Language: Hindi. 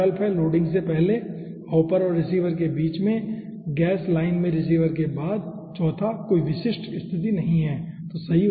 तो 4 विकल्प हैं लोडिंग से पहले हॉपर और रिसीवर के बीच में गैस लाइन में रिसीवर के बाद और चौथा कोई विशिष्ट स्थिति नहीं है ठीक है